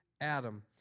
Adam